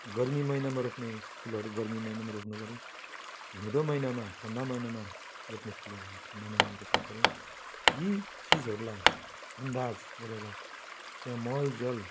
गर्मी महिनामा रोप्ने फुलहरू गर्मी महिनामा रोप्नु पऱ्यो हिउँदो महिनामा ठन्डा महिनामा रोप्ने फुलहरू हामीले ठन्डा महिनामा रोप्नु पऱ्यो यी चिजहरूलाई अन्दाज गरेर त्यहाँ मलजल